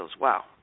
Wow